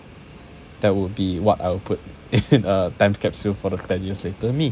that would be what I'll put in a time capsule for ten years later me